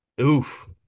Oof